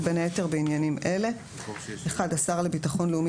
בין היתר בעניינים אלה: (1) השר לביטחון לאומי